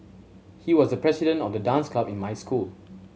he was president of the dance club in my school